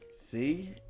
See